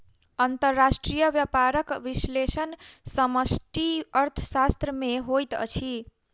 अंतर्राष्ट्रीय व्यापारक विश्लेषण समष्टि अर्थशास्त्र में होइत अछि